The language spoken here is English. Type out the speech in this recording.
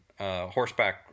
horseback